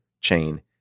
chain